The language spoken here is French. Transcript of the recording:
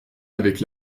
avec